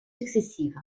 successives